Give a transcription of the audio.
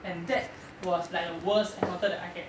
and that was like the worst encounter that I had